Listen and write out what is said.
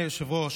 סדר-היום,